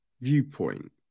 viewpoint